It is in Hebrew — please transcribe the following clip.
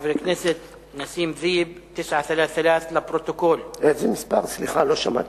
בערוץ השני פורסם כי לפני שש שנים הוריש יהודי